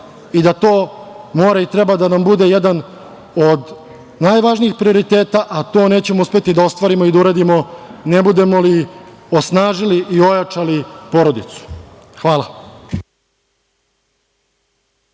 i da to mora i treba da nam bude jedan od najvažnijih prioriteta, a to nećemo uspeti da ostvarimo i da uradimo ne budemo li osnažili i ojačali porodicu. Hvala.